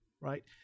right